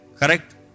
Correct